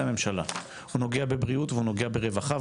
הממשלה: הוא נוגע בבריאות והוא נוגע ברווחה,